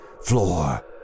floor